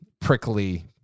prickly